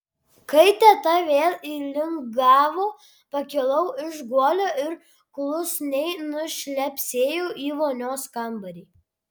kai teta vėl įlingavo pakilau iš guolio ir klusniai nušlepsėjau į vonios kambarį